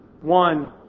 one